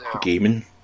gaming